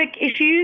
issues